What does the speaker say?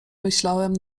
myślałem